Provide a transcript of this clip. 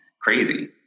crazy